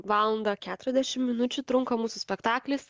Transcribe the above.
valandą keturiasdešim minučių trunka mūsų spektaklis